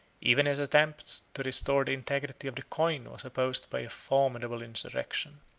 even his attempt to restore the integrity of the coin was opposed by a formidable insurrection.